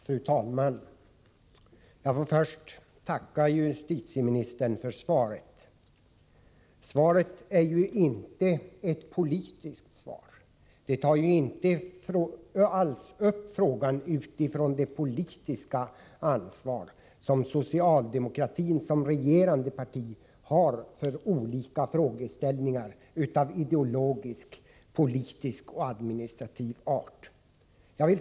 Fru talman! Jag vill först tacka justitieministern för svaret. Det är inte ett politiskt svar. Det tar inte upp frågan utifrån det politiska ansvar som socialdemokratin såsom regerande parti har för olika frågeställningar av ideologisk, politisk och administrativ art.